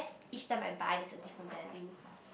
each time I buy there's a different value